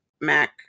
Mac